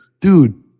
dude